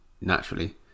naturally